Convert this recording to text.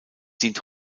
dient